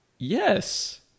Yes